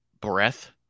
breath